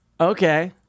Okay